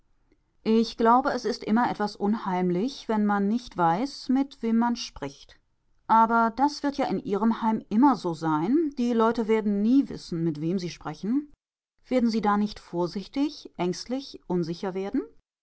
ich glaube es ist immer etwas unheimlich wenn man nicht weiß mit wem man spricht aber das wird ja in ihrem heim immer so sein die leute werden nie wissen mit wem sie sprechen werden sie da nicht vorsichtig ängstlich unsicher werden